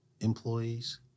employees